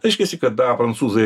reiškiasi kada prancūzai